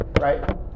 right